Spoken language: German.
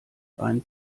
einen